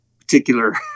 particular